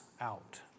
out